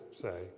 say